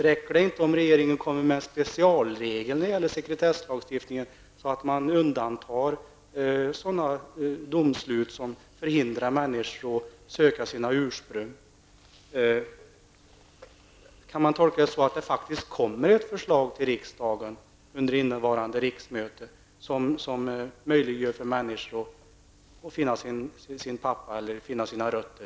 Räcker det inte om regeringen inför en specialregel i sekretesslagstiftningen som undantar sådana domslut som förhindrar människor att söka sitt ursprung? Kan man tolka det så att det under innevarande riksmöte kommer att läggas fram ett förslag till riksdagen som möjliggör för människor att finna sina rötter?